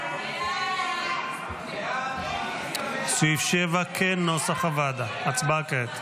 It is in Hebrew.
סעיף 7 כנוסח הוועדה, ההצבעה כעת.